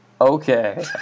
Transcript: Okay